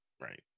Right